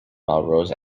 melrose